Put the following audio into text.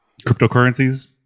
cryptocurrencies